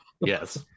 Yes